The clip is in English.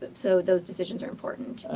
um so, those decisions are important.